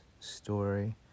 Story